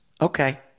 Okay